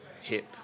hip